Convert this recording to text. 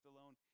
alone